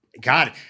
God